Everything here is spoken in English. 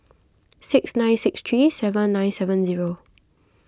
six nine six three seven nine seven zero